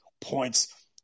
points